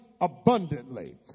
abundantly